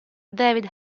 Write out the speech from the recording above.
david